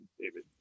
David